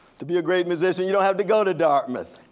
to be a great musician you don't have to go to dartmouth,